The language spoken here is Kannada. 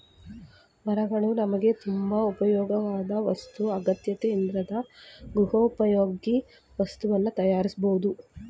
ಮರಗಳು ನಮ್ಗೆ ತುಂಬಾ ಉಪ್ಯೋಗವಾಧ್ ವಸ್ತು ಆಗೈತೆ ಇದ್ರಿಂದ ಗೃಹೋಪಯೋಗಿ ವಸ್ತುನ ತಯಾರ್ಸ್ಬೋದು